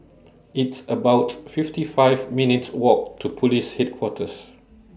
It's about fifty five minutes' Walk to Police Headquarters